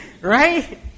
right